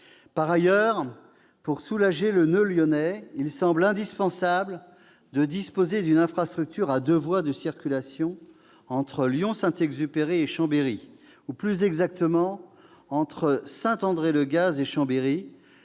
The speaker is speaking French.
Par ailleurs, pour soulager le noeud lyonnais, il semble indispensable de disposer d'une infrastructure à deux voies de circulation entre Lyon-Saint-Exupéry et Chambéry, ou plus exactement entre Saint-André-le-Gaz et Chambéry.